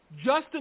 Justin